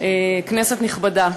כנסת נכבדה,